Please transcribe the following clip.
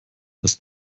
das